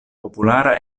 populara